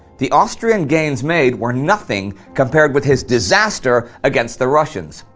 the austrian gains made were nothing compared with his disaster against the russians.